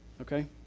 Okay